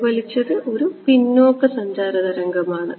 പ്രതിഫലിച്ചത് ഒരു പിന്നോക്ക സഞ്ചാര തരംഗമാണ്